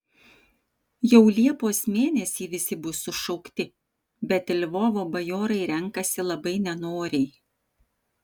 jau liepos mėnesį visi bus sušaukti bet lvovo bajorai renkasi labai nenoriai